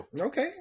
Okay